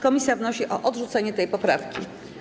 Komisja wnosi o odrzucenie tej poprawki.